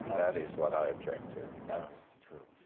that is what i object to. that's true.